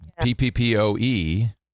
PPPoE